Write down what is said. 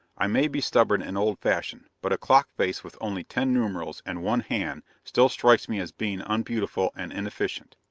i may be stubborn and old-fashioned, but a clock face with only ten numerals and one hand still strikes me as being unbeautiful and inefficient.